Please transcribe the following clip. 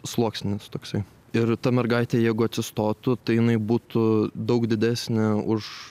sluoksnis toksai ir ta mergaitė jeigu atsistotų tai jinai būtų daug didesnė už